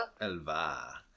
Elva